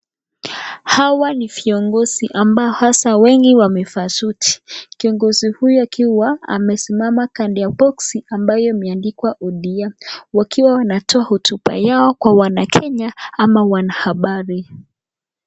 Hawa ni fiongosi ambao hasa wengi wamefaa suti. Kiongosi huyu akiwa amesimama kando ya boksi ambayo imeandikwa odm wakiwa wanatoa hotupa yao kwa wanakenya ama wanahabari.